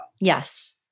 Yes